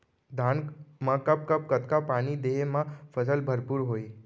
धान मा कब कब कतका पानी देहे मा फसल भरपूर होही?